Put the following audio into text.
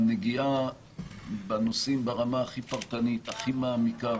הנגיעה בנושאים ברמה הכי פרטנית, הכי מעמיקה